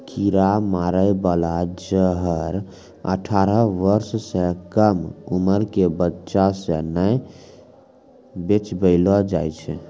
कीरा मारै बाला जहर अठारह बर्ष सँ कम उमर क बच्चा सें नै बेचबैलो जाय छै